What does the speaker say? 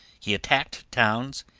he attacked towns,